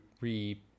re